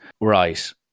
right